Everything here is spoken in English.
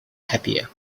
happier